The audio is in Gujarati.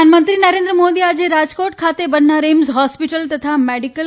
પ્રધાનમંત્રી નરેન્ન મોદીએ આજે રાજકોટ ખાતે બનનાર એઇમ્સ હોસ્પિટલ તથા મેડીકલ